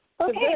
Okay